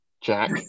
Jack